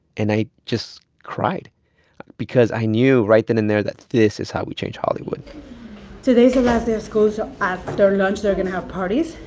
and i just cried because i knew right then and there that this is how we change hollywood today's the last day of school, so after lunch, they're going to have parties.